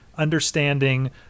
understanding